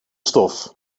stof